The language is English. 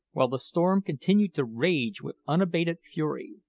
while the storm continued to rage with unabated fury.